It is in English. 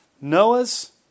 Noah's